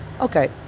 okay